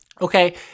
Okay